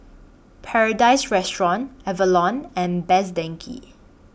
Paradise Restaurant Avalon and Best Denki